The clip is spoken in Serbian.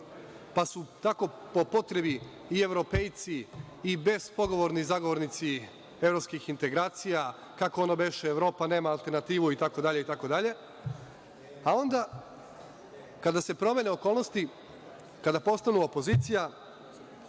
Pa, su tako po potrebi i evropejci i bezpogovorni zagovornici evropskih integracija, kako ono beše Evropa nema alternativu, itd, itd, a onda kada se promene okolnosti, kada postanu opozicija